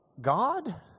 God